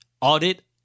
audit